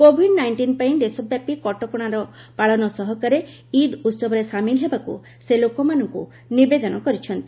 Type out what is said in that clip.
Covid nineteen ପାଇଁ ଦେଶବ୍ୟାପୀ କଟକଶାର ପାଳନ ସହକାରେ ଇଦ୍ ଉହବରେ ସାମିଲ ହେବାକୁ ସେ ଲୋକମାନଙ୍କୁ ନିବେଦନ କରିଛନ୍ତି